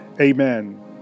Amen